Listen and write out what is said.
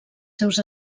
seus